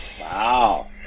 Wow